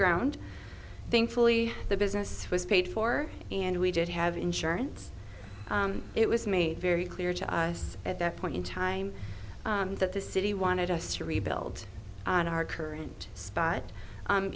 ground thankfully the business was paid for in and we did have insurance it was made very clear to us at that point in time that the city wanted us to rebuild on our current spot